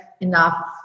enough